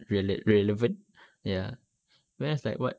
rele~ relevant ya then I was like what